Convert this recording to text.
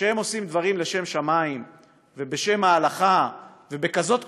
שכשהם עושים דברים לשם שמים ובשם ההלכה ובכזאת קנאות,